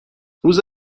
روز